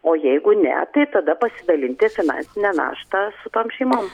o jeigu ne tai tada dalinti finansinę naštą su tom šeimom